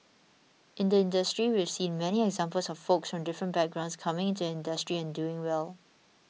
in the industry we've seen many examples of folks from different backgrounds coming into the industry and doing well